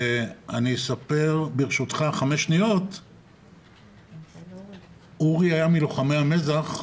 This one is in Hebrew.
אספר, ברשותך, אורי היה מלוחמי המזח.